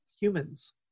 humans